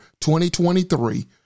2023